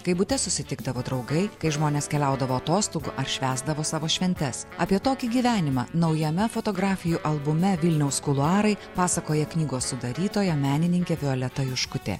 kai bute susitikdavo draugai kai žmonės keliaudavo atostogų ar švęsdavo savo šventes apie tokį gyvenimą naujame fotografijų albume vilniaus kuluarai pasakoja knygos sudarytoja menininkė violeta juškutė